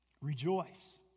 rejoice